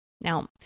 Now